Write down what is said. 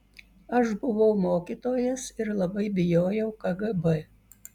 aš buvau mokytojas ir labai bijojau kgb